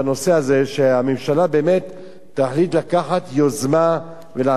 שהממשלה באמת תחליט לקחת יוזמה ולעשות מעשה.